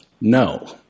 No